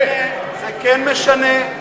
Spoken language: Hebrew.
זה כן משנה.